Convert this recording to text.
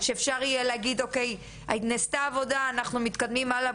אז שאפשר יהיה להגיד שנעשתה עבודה ואפשר יהיה להתקדם הלאה.